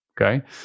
okay